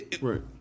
Right